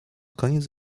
koniec